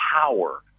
power